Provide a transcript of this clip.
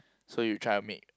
so you try to make